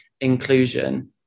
inclusion